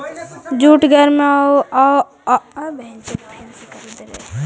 jute गर्म औउर नमी वाला मौसम में उगावल जा हई